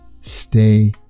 stay